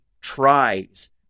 tries